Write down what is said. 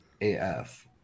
AF